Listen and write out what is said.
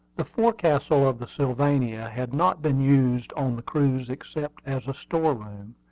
the forecastle of the sylvania had not been used on the cruise except as a store-room,